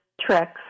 tricks